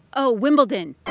oh, wimbledon